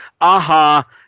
aha